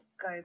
Go